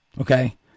Okay